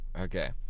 Okay